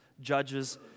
judges